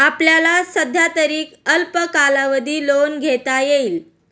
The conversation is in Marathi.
आपल्याला सध्यातरी अल्प कालावधी लोन घेता येईल